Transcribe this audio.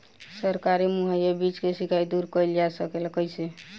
सरकारी मुहैया बीज के शिकायत दूर कईल जाला कईसे?